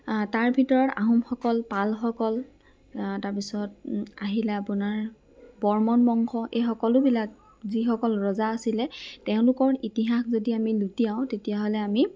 আ তাৰ ভিতৰত আহোমসকল পালসকল আ তাৰপিছত আহিলে আপোনাৰ বৰ্মন বংশ এই সকলোবিলাক যিসকল ৰজা আছিলে তেওঁলোকৰ ইতিহাস যদি আমি লুটিয়াওঁ তেতিয়াহ'লে আমি